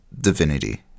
divinity